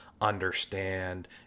understand